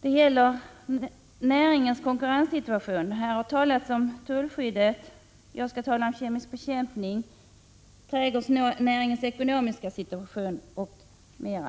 Det gäller näringens konkurrenssituation. Här har talats om tullskyddet. Jag skall tala om kemisk bekämpning, trädgårdsnäringens ekonomiska situation m.m.